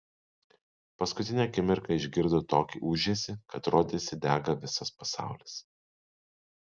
paskutinę akimirką išgirdo tokį ūžesį kad rodėsi dega visas pasaulis